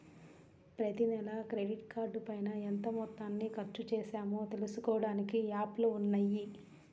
ప్రతినెలా క్రెడిట్ కార్డుపైన ఎంత మొత్తాన్ని ఖర్చుచేశామో తెలుసుకోడానికి యాప్లు ఉన్నయ్యి